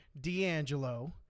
D'Angelo